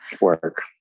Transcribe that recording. work